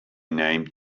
named